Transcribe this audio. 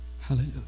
Hallelujah